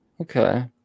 Okay